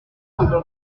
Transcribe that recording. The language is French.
mais